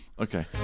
Okay